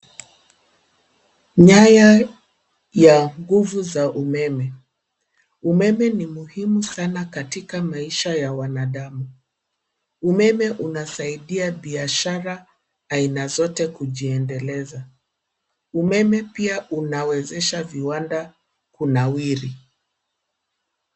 Nyaya za nguvu za umeme. Umeme ni muhimu sana katika maisha ya mwanadamu. Umeme unasaidia biashara za aina zote kujiendeleza. Umeme pia unawezesha viwanda kunawiri.